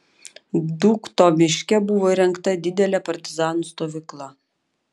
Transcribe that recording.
dūkto miške buvo įrengta didelė partizanų stovykla